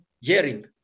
hearing